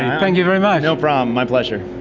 thank you very much. no problem, my pleasure.